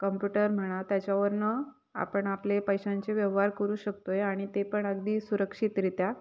computer म्हणा त्याच्यावरून आपण आपले पैशांचे व्यवहार करू शकतोय आणि ते पण अगदी सुरक्षितरित्या